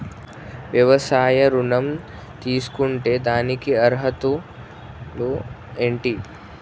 వ్యవసాయ ఋణం తీసుకుంటే దానికి అర్హతలు ఏంటి?